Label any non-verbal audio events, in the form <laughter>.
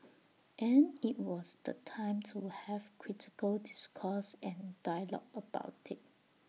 <noise> and IT was the time to have critical discourse and dialogue about IT